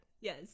yes